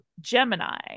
Gemini